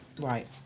right